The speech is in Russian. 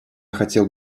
хотел